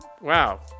wow